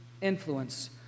influence